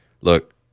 look